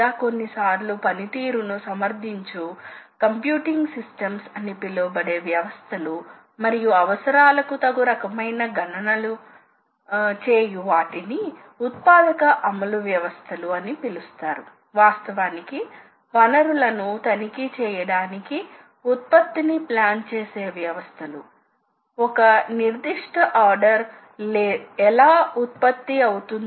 మరియు సహజంగానే మీరు అర్థం చేసుకోవచ్చు మీకు గనుక మంచి ఉపరితలం అవసరం అయితే సాధారణంగా మనం ఎక్కువ లోతైన కట్ ఇవ్వలేము కాని కఠినమైన కట్ లు శీఘ్ర ఉత్పత్తి కోసం అధిక లోతు కట్ లు మరియు అధిక ఫీడ్ లను ఇవ్వగలము కాబట్టి సహజంగానే మీరు ఉక్కు వంటి లోహాన్ని తొలగిస్తున్నారు కాబట్టి సహజంగా ఇది డ్రైవ్ పైన చాలా లోడ్ ని ఉంచుతుంది